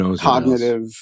cognitive